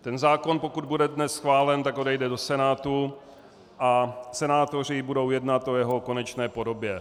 Ten zákon, pokud bude dnes schválen, odejde do Senátu a senátoři budou jednat o jeho konečné podobě.